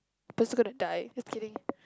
person gonna die just kidding